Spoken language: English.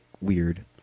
weird